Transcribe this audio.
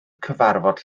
cyfarfod